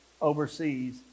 overseas